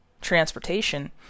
transportation